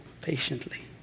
patiently